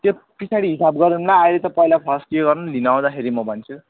त्यो पछाडि हिसाब गरौँला अहिले त पहिला फर्स्ट यो गरौँ न लिनआउँदाखेरि म भन्छु